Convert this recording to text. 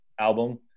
album